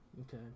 Okay